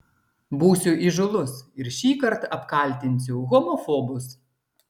būsiu įžūlus ir šįkart apkaltinsiu homofobus